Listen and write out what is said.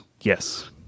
Yes